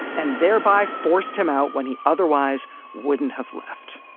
and thereby forced him out when he otherwise wouldn't have left.